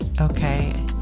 Okay